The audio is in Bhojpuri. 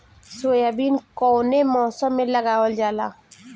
सोयाबीन कौने मौसम में लगावल जा?